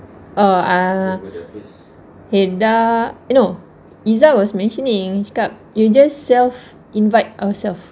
oo err haidar no izzah was mentioning dia cakap you just self invite ourself